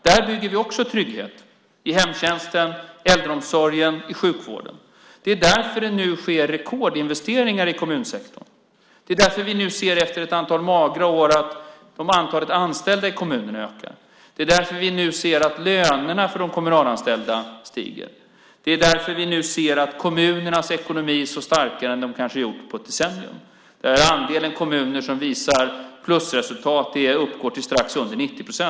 Där bygger vi också trygghet i hemtjänsten, äldreomsorgen och sjukvården. Det är därför det nu sker rekordinvesteringar i kommunsektorn. Det är därför vi nu efter ett antal magra år ser att antalet anställda i kommunerna ökar. Det är därför vi nu ser att lönerna för de kommunalanställda stiger. Det är därför vi nu ser att kommunernas ekonomi står starkare än den kanske gjort på ett decennium. Andelen kommuner som visar plusresultat uppgår till strax under 90 procent.